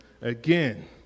again